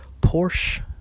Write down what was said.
Porsche